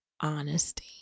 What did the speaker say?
honesty